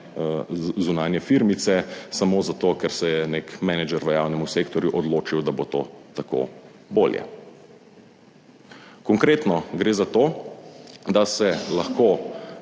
zunanje firmice samo zato, ker se je nek menedžer v javnem sektorju odločil, da bo to tako bolje. Konkretno gre za to, da se lahko